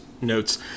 notes